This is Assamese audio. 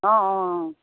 অঁ অঁ